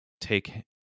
take